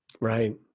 Right